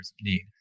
need